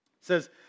says